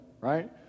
right